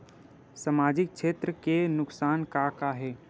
सामाजिक क्षेत्र के नुकसान का का हे?